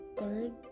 third